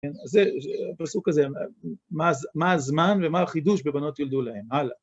כן, זה פסוק הזה, מה הזמן ומה החידוש בבנות יולדו להן, הלאה.